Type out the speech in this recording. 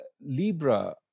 Libra